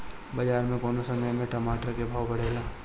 बाजार मे कौना समय मे टमाटर के भाव बढ़ेले?